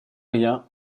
rien